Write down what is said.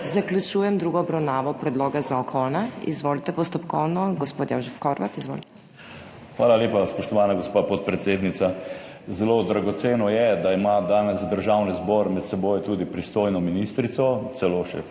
zaključujem drugo obravnavo predloga zakona. Izvolite postopkovno, gospod Jožef Horvat. Izvolite. JOŽEF HORVAT (PS NSi): Hvala lepa, spoštovana gospa podpredsednica. Zelo dragoceno je, da ima danes Državni zbor med seboj tudi pristojno ministrico, celo še